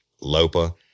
Lopa